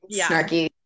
snarky